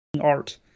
art